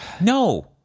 no